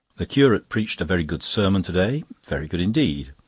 the curate preached a very good sermon to day very good indeed.